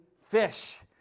fish